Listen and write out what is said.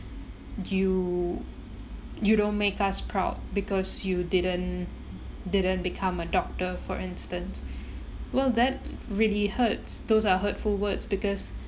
you you don't make us proud because you didn't didn't become a doctor for instance well that really hurts those are hurtful words because